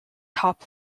top